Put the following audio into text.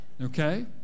Okay